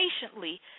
patiently